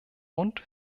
und